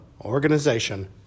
organization